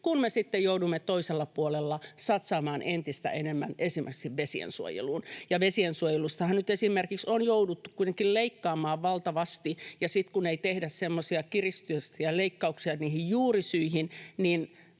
kun me sitten joudumme toisella puolella satsaamaan entistä enemmän esimerkiksi vesiensuojeluun. Vesiensuojelustahan nyt esimerkiksi on jouduttu kuitenkin leikkaamaan valtavasti, ja sitten kun ei tehdä semmoisia kiristyksiä ja leikkauksia niihin juurisyihin,